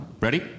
ready